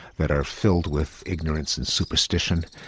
that are filled with ignorance and superstition?